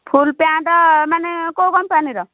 ଫୁଲ୍ pant ମାନେ କେଉଁ କମ୍ପାନୀର